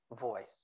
voice